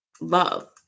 love